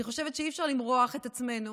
אני חושבת שאי-אפשר למרוח את עצמנו,